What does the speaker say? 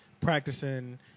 practicing